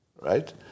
Right